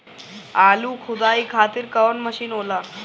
आलू खुदाई खातिर कवन मशीन होला?